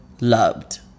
loved